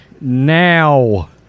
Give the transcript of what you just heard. now